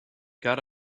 got